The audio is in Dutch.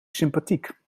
sympathiek